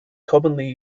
commonly